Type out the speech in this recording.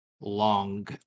long